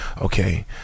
okay